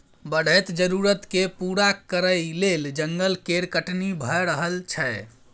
बढ़ैत जरुरत केँ पूरा करइ लेल जंगल केर कटनी भए रहल छै